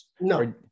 no